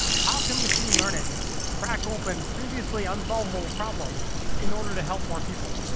how can machine learning crack open previously unsolvable problems in order to help more people?